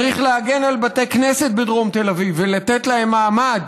צריך להגן על בתי כנסת בדרום תל אביב ולתת להם מעמד,